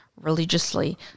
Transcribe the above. religiously